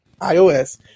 iOS